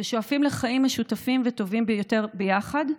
ששואפים לחיים משותפים וטובים יותר ביחד,